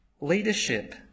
leadership